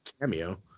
cameo